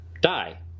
die